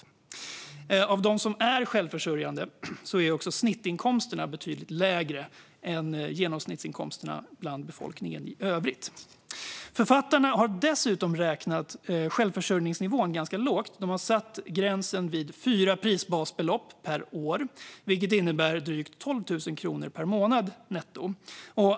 Bland dem som är självförsörjande är också snittinkomsterna betydligt lägre än genomsnittsinkomsterna bland befolkningen i övrigt. Författarna har dessutom räknat självförsörjningsnivån ganska lågt. De har satt gränsen vid fyra prisbasbelopp per år, vilket innebär drygt 12 000 kronor per månad netto.